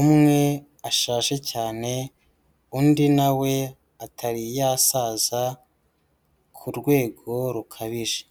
umwe ashaje cyane, undi na we atari yasaza ku rwego rukabije.